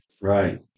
Right